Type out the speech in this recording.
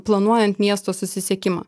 planuojant miesto susisiekimą